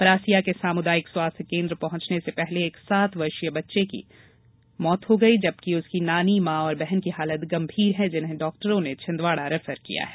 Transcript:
परासिया के सामुदायिक स्वास्थ्य केंद्र पहुंचने से पहले एक सात वर्षीय बच्चे ने दम तोड़ दिया जबकि उस की नानी मां और बहन की हालत गंभीर है जिन्हें डॉक्टरों ने छिंदवाड़ा रैफर किया है